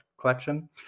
collection